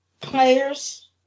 players